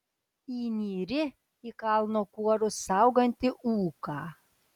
įnyri į kalno kuorus saugantį ūką